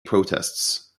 protests